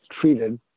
treated